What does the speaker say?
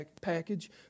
package